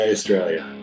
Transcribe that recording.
Australia